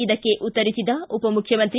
ಇದಕ್ಕೆ ಉತ್ತರಿಸಿದ ಉಪಮುಖ್ಯಮಂತ್ರಿ